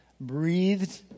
breathed